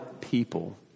people